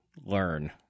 learn